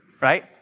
right